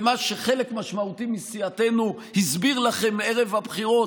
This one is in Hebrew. ומה שחלק משמעותי מסיעתנו הסביר לכם ערב הבחירות,